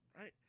Right